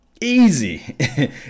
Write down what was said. Easy